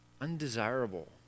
undesirable